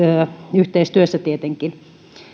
yhteistyössä tietenkin